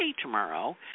tomorrow